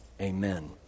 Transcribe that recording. Amen